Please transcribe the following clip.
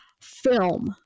film